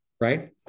right